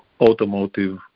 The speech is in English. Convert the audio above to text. automotive